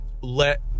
let